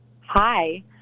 hi